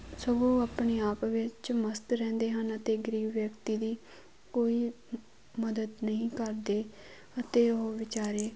ਸਗੋਂ ਆਪਣੇ ਆਪ ਵਿੱਚ ਮਸਤ ਰਹਿੰਦੇ ਹਨ ਅਤੇ ਗਰੀਬ ਵਿਅਕਤੀ ਦੀ ਕੋਈ ਮਦਦ ਨਹੀਂ ਕਰਦੇ ਅਤੇ ਉਹ ਵਿਚਾਰੇ